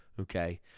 Okay